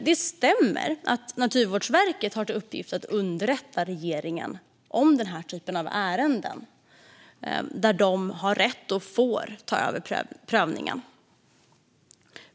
Det stämmer att Naturvårdsverket har till uppgift att underrätta regeringen om den typen av ärenden där man har rätt att och får ta över prövningen.